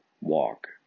walk